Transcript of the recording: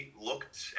looked